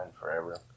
forever